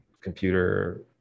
computer